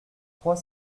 trois